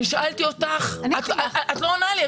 שאלתי אותך שאלה ספציפית ואת לא עונה לי.